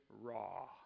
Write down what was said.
raw